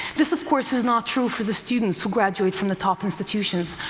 this, of course, is not true for the students who graduate from the top institutions,